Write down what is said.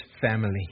family